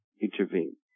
intervene